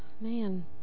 man